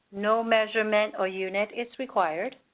no measurement or unit is required.